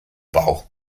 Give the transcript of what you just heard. bauch